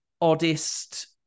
oddest